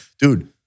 dude